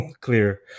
clear